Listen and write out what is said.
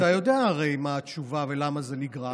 אתה הרי יודע מה התשובה ולמה זה נגרם,